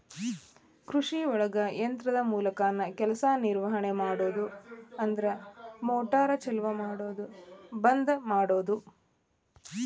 ಕೃಷಿಒಳಗ ಯಂತ್ರದ ಮೂಲಕಾನ ಕೆಲಸಾ ನಿರ್ವಹಣೆ ಮಾಡುದು ಅಂದ್ರ ಮೋಟಾರ್ ಚಲು ಮಾಡುದು ಬಂದ ಮಾಡುದು